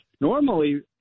normally